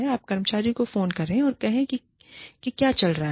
आप कर्मचारी को फोन करें और कहें कि क्या चल रहा है